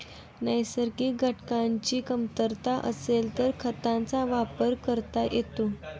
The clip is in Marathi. नैसर्गिक घटकांची कमतरता असेल तर खतांचा वापर करता येतो